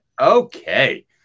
Okay